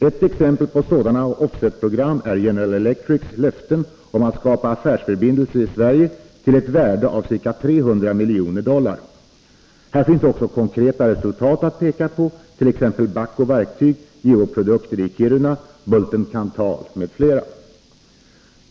Ett exempel på sådana offsetprogram är General Electrics löften om att skapa affärsförbindelser i Sverige till ett värde av ca 300 miljoner dollar. Här finns också konkreta resultat att peka på, t.ex. AB Bahco Verktyg, AB Geo-produkter i Kiruna, Bulten-Kanthal AB m.fl.